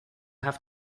have